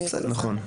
נכון.